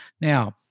Now